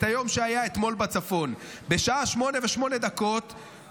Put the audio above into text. את היום שהיה אתמול בצפון: בשעה 08:08 טילים,